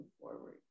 forward